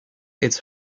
its